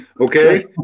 Okay